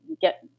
get